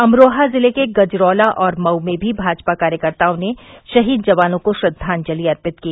अमरोहा जिले के गजरौला और मऊ में भी भाजपा कार्यकर्ताओं ने शहीद जवानों को श्रद्वांजलि अर्पित की